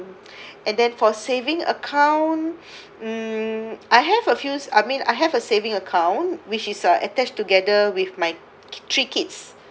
and then for saving account mm I have a few I mean I have a saving account which is uh attached together with my three kids